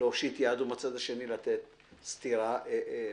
להושיט יד ומצד שני לתת סטירה ללקוח,